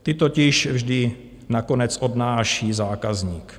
Ty totiž vždy nakonec odnáší zákazník.